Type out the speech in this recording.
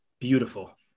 Beautiful